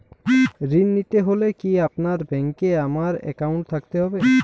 ঋণ নিতে হলে কি আপনার ব্যাংক এ আমার অ্যাকাউন্ট থাকতে হবে?